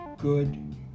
good